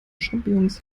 champignons